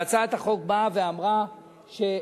והצעת החוק באה ואמרה לא